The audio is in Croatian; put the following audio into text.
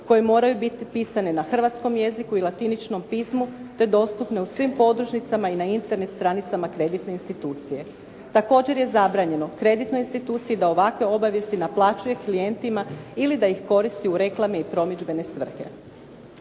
koje moraju biti na hrvatskom jeziku i latiničnom pismu, te dostupne u svim podružnicama i na Internet stanicama kreditne institucije. Također je zabranjeno kreditnoj instituciji da ovakve obavijesti naplaćuje klijentima ili da ih koristi u reklamne i promidžbene svrhe.